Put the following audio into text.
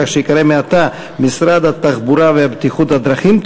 כך שייקרא מעתה: משרד התחבורה והבטיחות בדרכים,